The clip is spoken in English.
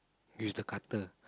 use the cutter